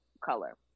color